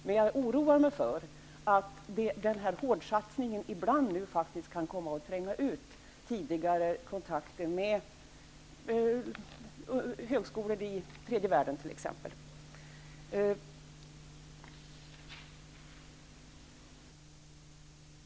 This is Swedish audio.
Men jag oroar mig för att denna hårdsatsning nu faktiskt ibland kan komma att tränga ut tidigare kontakter med högskolor i t.ex.